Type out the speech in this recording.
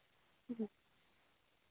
ᱦᱮᱸ